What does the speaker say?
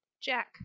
Jack